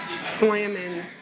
slamming